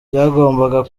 byagombaga